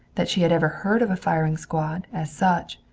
that she had ever heard of a firing squad, as such.